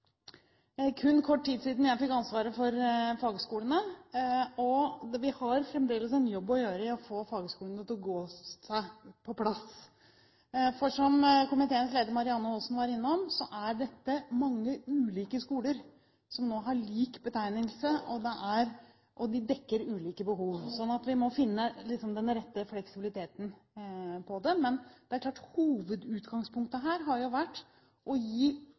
kun kort tid siden jeg fikk ansvaret for fagskolene. Vi har fremdeles en jobb å gjøre med å få fagskolene til å komme på plass, for, som komiteens leder, Marianne Aasen, var innom, er dette mange ulike skoler som nå har lik betegnelse. De dekker ulike behov, så vi må finne den rette fleksibiliteten på det. Men det er klart at hovedutgangspunktet her har vært å gi